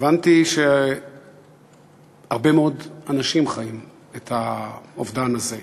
הבנתי שהרבה מאוד אנשים חיים את האובדן הזה.